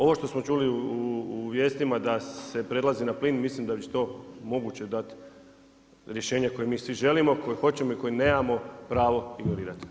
Ovo što smo čuli u vijestima da se prelazi na plin, mislim da će to moguće dati rješenje koje mi svi želimo, koje hoćemo i koje nemamo pravo ignorirati.